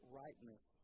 rightness